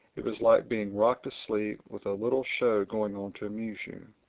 it was like being rocked to sleep with a little show going on to amuse you.